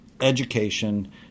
education